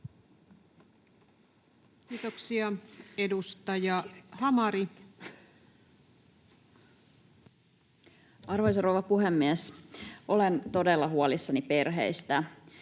Kiitoksia. — Edustaja Hamari. Arvoisa rouva puhemies! Olen todella huolissani perheistä.